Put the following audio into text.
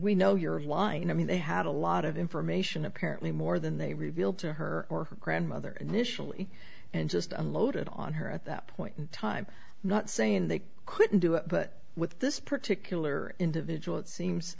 we know you're lying and i mean they had a lot of information apparently more than they revealed to her or her grandmother initially and just unloaded on her at that point in time not saying they couldn't do it but with this particular individual it seems